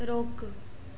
रोकु